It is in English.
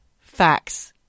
facts